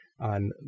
on